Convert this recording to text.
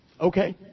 Okay